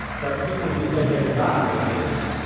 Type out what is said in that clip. but people who said they were not racist,